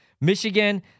Michigan